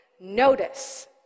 notice